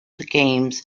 games